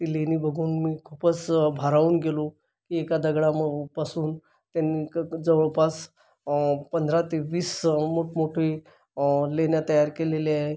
ती लेणी बघून मी खूपच भारावून गेलो एका दगडा मोमोपासून त्यांनी जवळपास पंधरा ते वीस मोठमोठी लेण्या तयार केलेल्या आहे